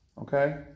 Okay